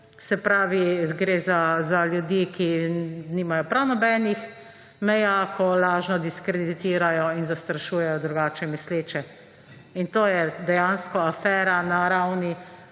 Se pravi, gre za ljudi, ki nimajo prav nobenih meja, ko lažno diskreditirajo in zastrašujejo drugače misleče. In to je dejansko afera na ravni